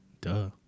Duh